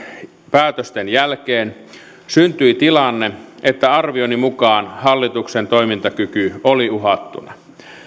päätösten jälkeen syntyi tilanne että arvioni mukaan hallituksen toimintakyky oli uhattuna